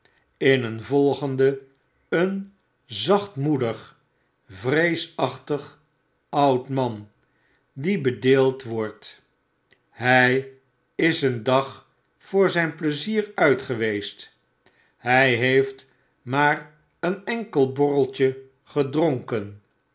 in een volgende een zachtmoedig vreesachtig oud man die bedeeld wordt hy is een dag voor zgn pleizier uit geweest b hij heeft maar een enkel borreltje gedronken